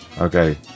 Okay